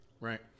right